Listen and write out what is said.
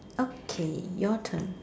okay your turn